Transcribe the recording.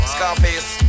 Scarface